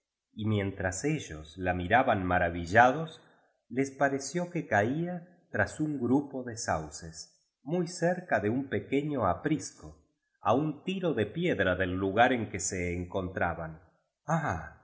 y mientras ellos la miraban maravi llados les pareció que caía tras un grupo de sauces muy cerca de un pequeño aprisco á un tiro de piedra del lugar en que se encontraban íah